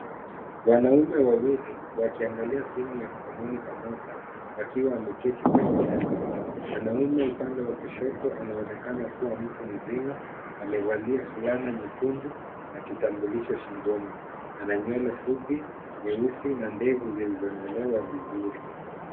Wanaume wawili wakiangalia simu ya mkononi pamoja wakiwa Wameketi kwenye meza. Mwaume upande wa kushoto anaonekana kuwa mtu mzima. Amevalia fulana nyekundu na kitambulisho shingoni. Ana nywele fupi nyeusi na ndevu zilizo Nyolewa vizuri.